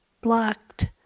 blocked